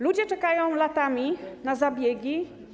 Ludzie czekają latami na zabiegi.